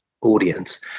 audience